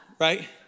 right